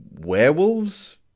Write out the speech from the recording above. werewolves